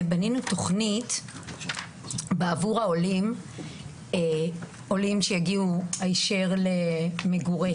בנינו תכנית עבור העולים שיגיעו הישר למגורי